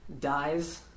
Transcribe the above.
dies